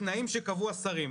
תנאים שקבעו השרים.